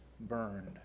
burned